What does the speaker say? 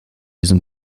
diesen